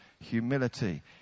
humility